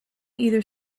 either